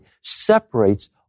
separates